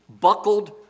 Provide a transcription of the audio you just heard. buckled